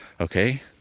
okay